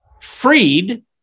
freed